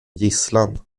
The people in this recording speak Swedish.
gisslan